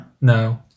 No